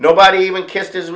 nobody even kisse